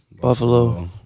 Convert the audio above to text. Buffalo